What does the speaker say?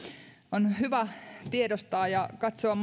on hyvä tiedostaa ja katsoa